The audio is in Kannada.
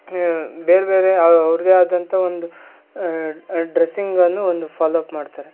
ಬೇರೆ ಬೇರೆ ಅವ್ರದ್ದೇ ಆದಂಥ ಒಂದು ಡ್ರಸಿಂಗನ್ನು ಒಂದು ಫಾಲೋ ಅಪ್ ಮಾಡ್ತಾರೆ